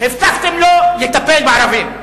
הבטחתם לו לטפל בערבים.